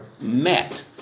met